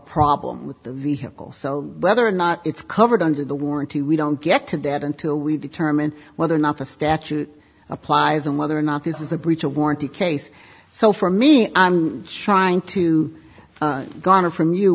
problem with the vehicle so whether or not it's covered under the warranty we don't get to that until we determine whether or not the statute applies and whether or not this is a breach of warranty case so for me i'm shying to garner from you